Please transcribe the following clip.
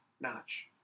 Notch